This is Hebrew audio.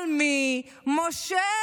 מי מושל?